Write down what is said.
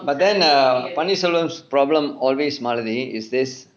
but then err paneerselvam's problem always malathi is this